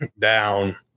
down